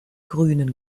grünen